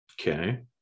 Okay